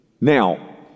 Now